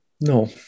No